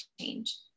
change